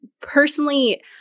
personally